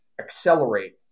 accelerate